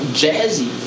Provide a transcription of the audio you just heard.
jazzy